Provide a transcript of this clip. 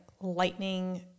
lightning